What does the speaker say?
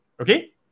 okay